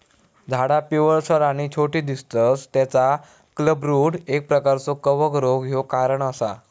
झाडा पिवळसर आणि छोटी दिसतत तेचा क्लबरूट एक प्रकारचो कवक रोग ह्यो कारण असा